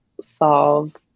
solve